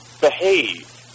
behave